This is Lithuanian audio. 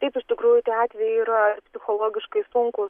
taip iš tikrųjų tie atvejai yra psichologiškai sunkūs